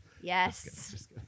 Yes